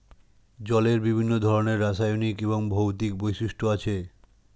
জলের বিভিন্ন ধরনের রাসায়নিক এবং ভৌত বৈশিষ্ট্য আছে